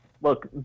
look